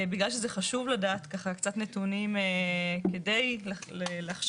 בגלל שזה חשוב לדעת קצת נתונים כדי לחשוב